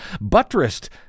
buttressed